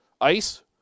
Ice